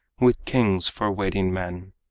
with kings for waiting-men,